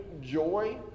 joy